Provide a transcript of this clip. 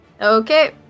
Okay